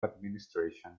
administration